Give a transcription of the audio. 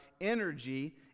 energy